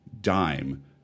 dime